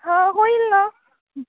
हो होईल ना हं